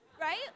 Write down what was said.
right